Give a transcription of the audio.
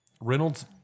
Reynolds